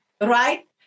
Right